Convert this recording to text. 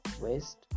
Waste